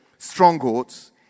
strongholds